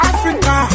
Africa